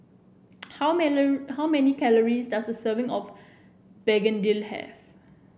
how how many calories does a serving of begedil have